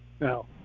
No